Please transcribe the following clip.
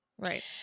Right